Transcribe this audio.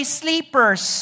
sleepers